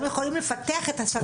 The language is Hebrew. הם יכולים לפתח את אתרי המורשת.